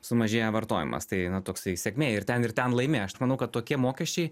sumažėja vartojimas tai na toksai sėkmė ir ten ir ten laimi aš tai manau kad tokie mokesčiai